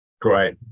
Great